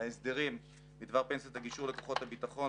ההסדרים בדבר פנסיית הגישור לכוחות הביטחון,